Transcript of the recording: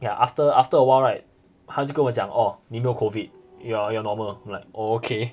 ya after after a while right 他就跟我讲 orh 你没有 COVID you're normal I'm like oh okay